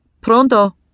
Pronto